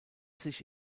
sich